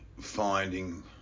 finding